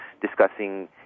discussing